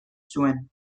zuen